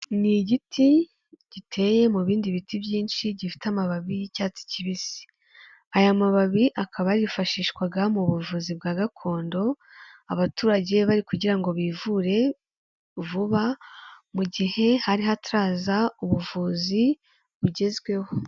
Ni igiti giteye mu bindi biti byinshi gifite amababi y'icyatsi kibisi, aya mababi akaba yarifashishwaga mu buvuzi bwa gakondo, abaturage bari kugira ngo bivure vuba mu gihe hari hataraza ubuvuzi bugezweho.